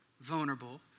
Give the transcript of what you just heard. vulnerable